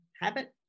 habit